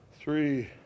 three